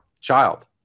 child